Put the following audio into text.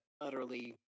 utterly